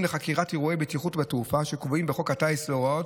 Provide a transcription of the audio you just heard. לחקירת אירועי בטיחות בתעופה שקבועים בחוק הטיס וההוראות.